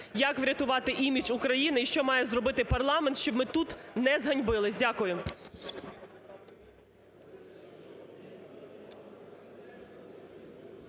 Як врятувати імідж України, і що має зробити парламент, щоб ми тут не зганьбились? Дякую.